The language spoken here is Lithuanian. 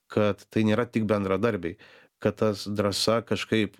kad tai nėra tik bendradarbiai kad tas drąsa kažkaip